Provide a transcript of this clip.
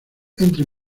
entra